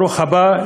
ברוכה הבאה,